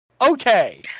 okay